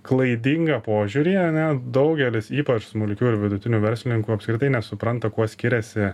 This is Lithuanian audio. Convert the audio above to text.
klaidingą požiūrį ane daugelis ypač smulkių ir vidutinių verslininkų apskritai nesupranta kuo skiriasi